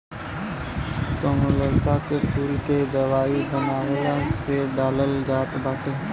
कमललता के फूल के दवाई बनवला में डालल जात बाटे